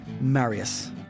Marius